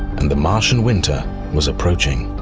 and the martian winter was approaching.